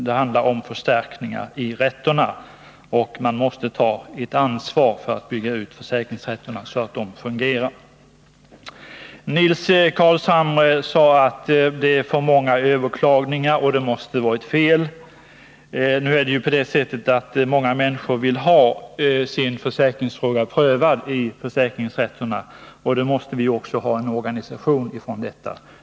Det behövs förstärkningar i försäkringsrätterna, och man måste ta ansvaret för att bygga ut dem så att de fungerar. Nils Carlshamre sade att det är för många överklagningar och att detta måste vara fel. Nu är det emellertid på det sättet att många människor vill ha sin försäkringsfråga prövad i försäkringsrätterna, och då måste det ju också finnas en organisation för detta.